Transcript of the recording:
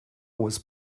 was